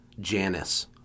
janice